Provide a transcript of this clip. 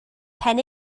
pen